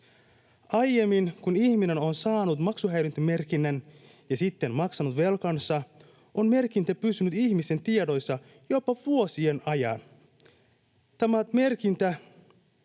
Aiemmin, kun ihminen on saanut maksuhäiriömerkinnän ja sitten maksanut velkansa, on merkintä pysynyt ihmisen tiedoissa jopa vuosien ajan. Tämä merkintä